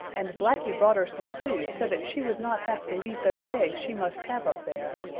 and blacky brought her some food so that she would not have to leave those eggs she must have up there.